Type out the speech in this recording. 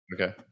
Okay